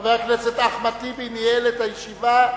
חבר הכנסת אחמד טיבי ניהל את הישיבה,